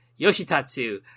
Yoshitatsu